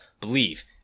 believe